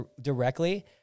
directly